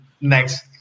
next